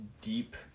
deep